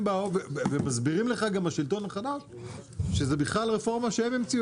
הם באו והם מסבירים לך גם השלטון שזה בכלל רפורמה שהם המציאו,